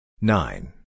Nine